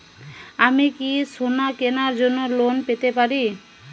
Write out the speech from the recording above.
আমি কি সোনা কেনার জন্য লোন পেতে পারি?